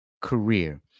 career